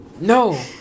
No